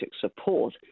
support